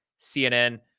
CNN